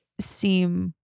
seem